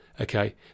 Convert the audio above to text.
Okay